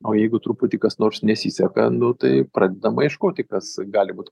o jeigu truputį kas nors nesiseka nu tai pradedama ieškoti kas gali būt